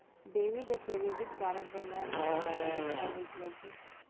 Debit या credit card बनवाय बर कौन का दस्तावेज लगही?